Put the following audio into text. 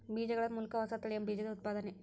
ಬೇಜಗಳ ಮೂಲಕ ಹೊಸ ತಳಿಯ ಬೇಜದ ಉತ್ಪಾದನೆ